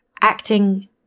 acting